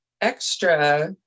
extra